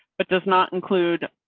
but does not include.